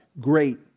Great